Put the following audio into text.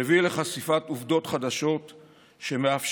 שהביא לחשיפת עובדות חדשות שמאפשרות